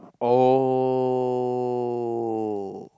oh